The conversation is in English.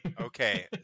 okay